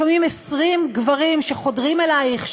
לפעמים 20 גברים שחודרים אלייך,